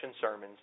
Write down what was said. sermons